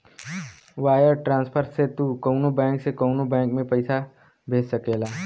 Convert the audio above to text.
wire transfer से तू कउनो बैंक से कउनो बैंक में पइसा भेज सकेला